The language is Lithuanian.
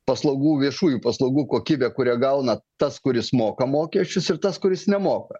paslaugų viešųjų paslaugų kokybė kurią gauna tas kuris moka mokesčius ir tas kuris nemoka